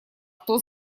кто